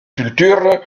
cultures